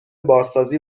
بازسازی